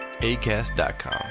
ACAST.com